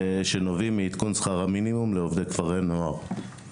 שנובעים מעדכון שכר המינימום לעובדי כפרי הנוער.